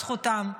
זכותם.